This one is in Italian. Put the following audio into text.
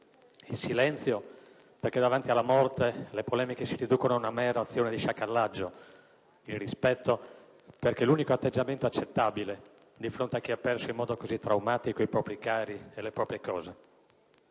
Il silenzio, perché davanti alla morte le polemiche si riducono ad una mera azione di sciacallaggio. Il rispetto, perché è l'unico atteggiamento accettabile di fronte a chi ha perso in modo così traumatico i propri cari e le proprie cose.